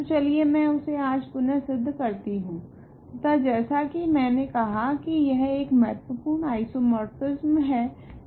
तो चलिए मैं उसे आज पुनः सिद्ध करती हूँ तथा जैसा की मैंने कहा की यह एक महत्वपूर्ण आइसोमोर्फिसम है